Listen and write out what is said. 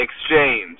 exchange